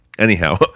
Anyhow